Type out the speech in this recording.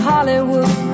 Hollywood